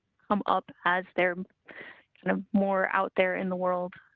come up as they're kind of more out there in the world.